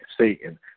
Satan